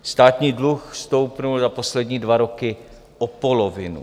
Státní dluh stoupl za poslední dva roky o polovinu.